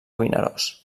vinaròs